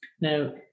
Now